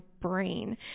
brain